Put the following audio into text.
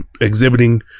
exhibiting